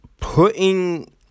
putting